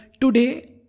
today